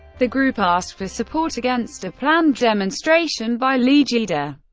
the group asked for support against a planned demonstration by legida.